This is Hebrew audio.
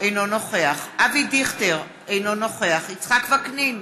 אינו נוכח אבי דיכטר, אינו נוכח יצחק וקנין,